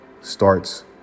starts